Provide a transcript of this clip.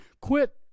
Quit